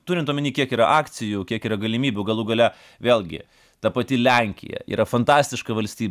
turint omeny kiek yra akcijų kiek yra galimybių galų gale vėlgi ta pati lenkija yra fantastiška valstybė